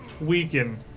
weaken